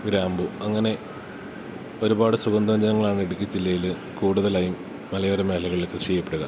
ഗ്രാമ്പു അങ്ങനെ ഒരുപാട് സുഗന്ധവ്യഞ്ജനങ്ങളാണ് ഇ ടുക്കി ജില്ലയില് കൂടുതലായും മലയോര മേഖലകളില് കൃഷി ചെയ്യപ്പെടുക